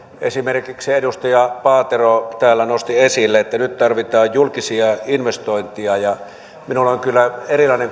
esimerkiksi edustaja paatero täällä nosti esille että nyt tarvitaan julkisia investointeja ja minulla on kyllä erilainen